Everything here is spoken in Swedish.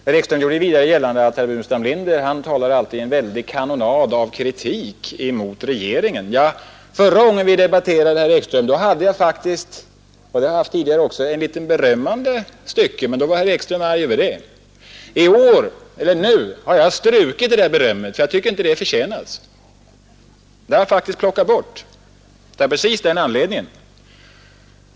Herr Ekström gjorde gällande att jag alltid kommer med en väldig kanonad av kritik mot regeringen. Förra gången vi debatterade, herr Ekström, hade jag faktiskt med — och det har jag haft tidigare också — ett litet berömmande stycke, men då var herr Ekström arg över det. Nu har jag strukit berömmet för jag tycker inte det har förtjänats. Jag har plockat bort det av just den anledningen.